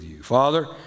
Father